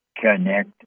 Connect